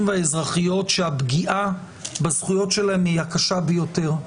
ובאזרחיות שהפגיעה בזכויות שלהם היא הקשה ביותר.